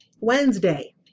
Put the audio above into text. Wednesday